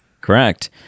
Correct